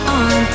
on